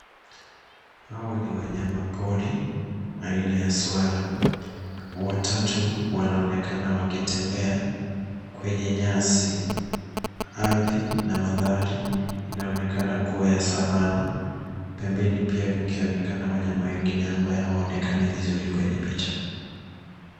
Hawa ni wanyamapori aina ya swara. Watatu, wanaonekana wakitembea kwenye nyasi. Ardhi na mandhari inaonekana kuwa ya savanna. Pembeni pia kukionekana wanyama wengine ambao hawaonekani vizuri kwenye picha.